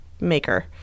maker